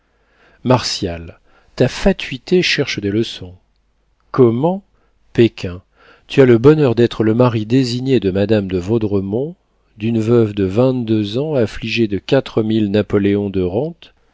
martial ta fatuité cherche des leçons comment péquin tu as le bonheur d'être le mari désigné de madame de vaudremont d'une veuve de vingt-deux ans affligée de quatre mille napoléons de rente